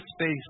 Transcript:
space